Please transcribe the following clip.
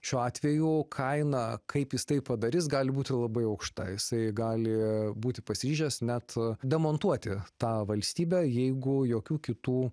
šiuo atveju kaina kaip jis tai padarys gali būti labai aukšta jisai gali būti pasiryžęs net demontuoti tą valstybę jeigu jokių kitų